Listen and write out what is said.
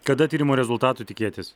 kada tyrimų rezultatų tikėtis